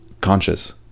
conscious